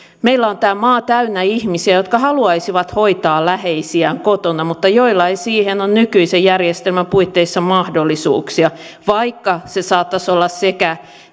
meillä on tämä maa täynnä ihmisiä jotka haluaisivat hoitaa läheisiään kotona mutta joilla ei siihen ole nykyisen järjestelmän puitteissa mahdollisuuksia vaikka se saattaisi olla sekä